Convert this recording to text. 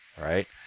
Right